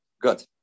good